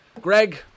Greg